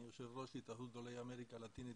אני יושב ראש התאחדות עולי אמריקה הלטינית